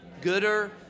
gooder